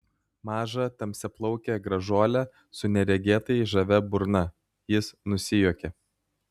mažą tamsiaplaukę gražuolę su neregėtai žavia burna jis nusijuokė